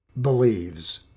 believes